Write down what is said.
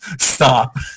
stop